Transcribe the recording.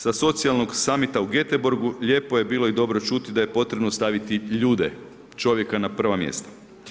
Sa Socijalnog summita u Gӧteborgu lijepo je bilo i dobro je čuti da je potrebno staviti ljude, čovjeka na prva mjesta.